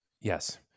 Yes